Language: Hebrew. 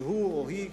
כי הוא או היא,